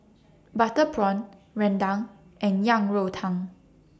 Butter Prawn Rendang and Yang Rou Tang